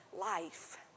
life